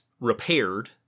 repaired